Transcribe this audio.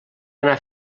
anar